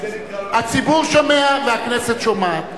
הציבור שומע והכנסת שומעת.